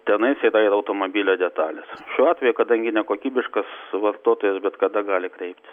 tenais yra ir automobilio detalės šiuo atveju kadangi nekokybiškas vartotojas bet kada gali kreiptis